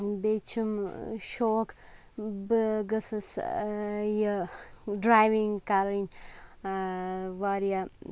بیٚیہِ چھِم شوق بہٕ گٔژھٕس یہِ ڈرٛایوِنٛگ کَرٕنۍ واریاہ